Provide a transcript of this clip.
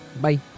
Bye